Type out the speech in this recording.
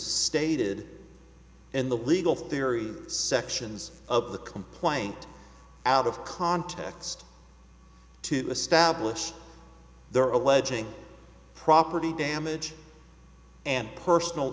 stated in the legal theory sections of the complaint out of context to establish their own pledging property damage and personal